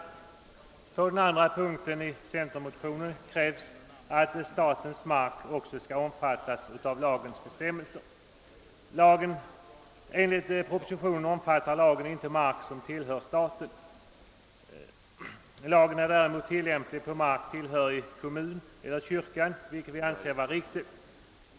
Beträffande den andra punkten krävs i centermotionen att statens mark också skall omfattas av lagens bestämmelser. Enligt propositionen omfattar lagen inte mark som tillhör staten. Lagen är däremot tillämplig på mark som hör till kommun eller kyrkan, vilket vi anser vara riktigt.